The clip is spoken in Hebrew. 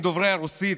העולים דוברי הרוסית,